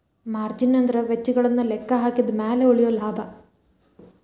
margin ಅಂದ್ರ ವೆಚ್ಚಗಳನ್ನ ಲೆಕ್ಕಹಾಕಿದ ಮ್ಯಾಲೆ ಉಳಿಯೊ ಲಾಭ